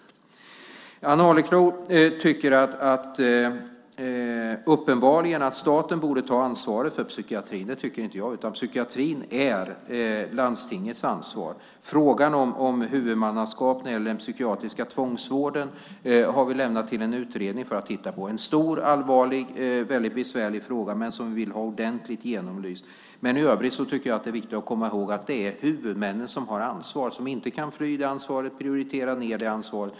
Ann Arleklo tycker uppenbarligen att staten borde ta ansvaret för psykiatrin. Det tycker inte jag, utan psykiatrin är landstingets ansvar. Frågan om huvudmannaskap när det gäller den psykiatriska tvångsvården har vi lämnat till en utredning att titta på. Det är en stor, allvarlig och väldigt besvärlig fråga som vi vill ha ordentligt genomlyst. Men i övrigt tycker jag att det är viktigt att komma ihåg att det är huvudmännen som har ansvar. De kan inte fly det ansvaret, inte prioritera ned det ansvaret.